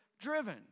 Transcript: driven